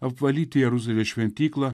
apvalyti jeruzalės šventyklą